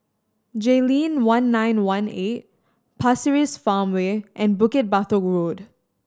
Jayleen One Nine One Eight Pasir Ris Farmway and Bukit Batok Road